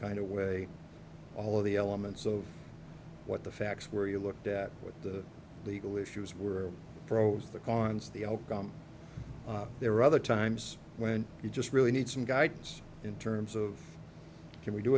kind of way all of the elements of what the facts were you looked at what the legal issues were pros the cons the outcome there are other times when you just really need some guidance in terms of can we do